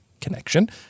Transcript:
connection